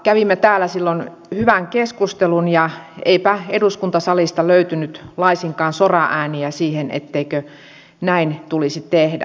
kävimme täällä silloin hyvän keskustelun ja eipä eduskuntasalista löytynyt laisinkaan soraääniä siihen etteikö näin tulisi tehdä